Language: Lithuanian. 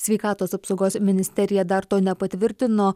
sveikatos apsaugos ministerija dar to nepatvirtino